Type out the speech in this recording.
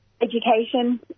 education